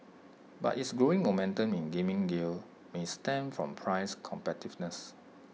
but its growing momentum in gaming gear may stem from price competitiveness